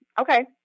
Okay